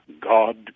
God